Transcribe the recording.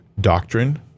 doctrine